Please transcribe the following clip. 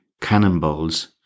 cannonballs